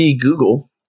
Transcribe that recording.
Google